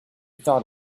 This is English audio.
thought